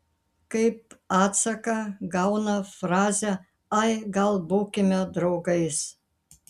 kaip atsaką gauna frazę ai gal būkime draugais